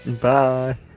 bye